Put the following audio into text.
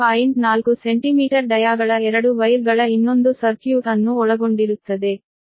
4 centimetre ಡಯಾಗಳ 2 wire ಗಳ ಇನ್ನೊಂದು ಸರ್ಕ್ಯೂಟ್ ಅನ್ನು ಒಳಗೊಂಡಿರುತ್ತದೆ